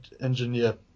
engineer